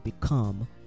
become